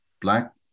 black